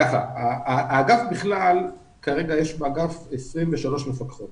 כרגע יש באגף 23 מפקחות